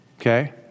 okay